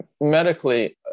medically